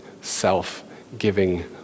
self-giving